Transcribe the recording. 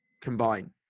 combine